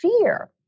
fear